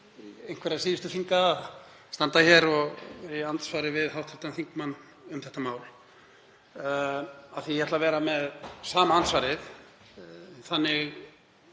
einhverra síðustu þinga að standa hér í andsvari við hv. þingmann um þetta mál, af því að ég ætla að vera með sama andsvarið. Þannig